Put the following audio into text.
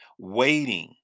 Waiting